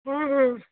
হ্যাঁ হ্যাঁ